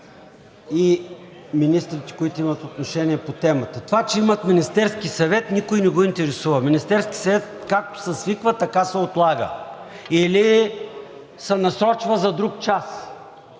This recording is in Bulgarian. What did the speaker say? и министрите, които имат отношение по темата. Това, че имат Министерски съвет, никой не го интересува. Министерски съвет както се свиква, така се отлага или се насочва за друг час.